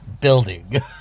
building